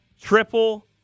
Triple